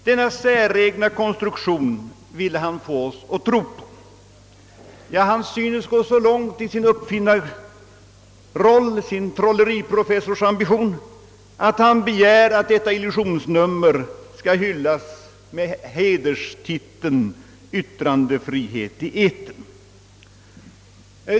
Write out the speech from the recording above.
Denna säregna konstruktion vill han få oss att tro på. Ja, han synes gå så långt i sin uppfinnarroll och sin trolleriprofessorsambition att han begär att hans illusionsnummer skall hyllas med hederstiteln yttrandefrihet i etern.